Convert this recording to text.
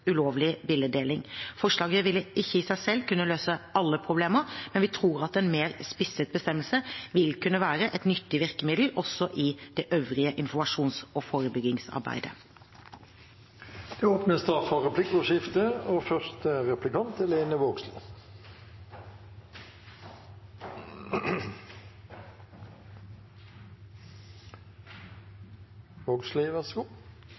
ulovlig bildedeling. Forslaget vil ikke i seg selv kunne løse alle problemene, men vi tror at en mer spisset bestemmelse vil kunne være et nyttig virkemiddel også i det øvrige informasjons- og forebyggingsarbeidet. Det blir replikkordskifte. Det er ein god dag. Her er